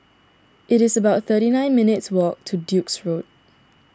it is about thirty nine minutes' walk to Duke's Road